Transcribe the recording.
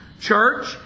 Church